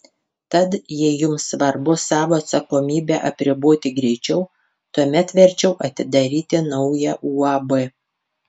tad jei jums svarbu savo atsakomybę apriboti greičiau tuomet verčiau atidaryti naują uab